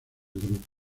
grupo